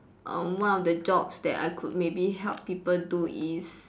um one of the jobs that I could maybe help people do is